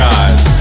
eyes